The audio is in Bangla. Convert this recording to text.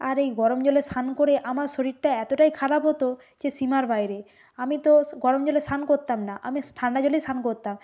আর এই গরম জলে স্নান করে আমার শরীরটা এতটাই খারাপ হতো যে সীমার বাইরে আমি তো স গরম জলে স্নান করতাম না আমি ঠান্ডা জলেই স্নান করতাম